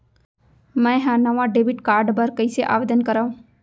मै हा नवा डेबिट कार्ड बर कईसे आवेदन करव?